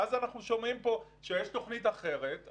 ואז אנחנו שומעים פה שיש תוכנית אחרת,